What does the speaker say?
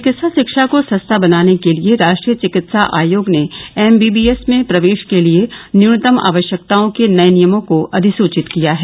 चिकित्सा शिक्षा को सस्ता बनाने के लिए राष्ट्रीय चिकित्सा आयोग ने एम बी बी एस में प्रवेश के लिए न्यूनतम आवश्यकताओं के नये नियमों को अधिसुचित किया है